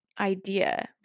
idea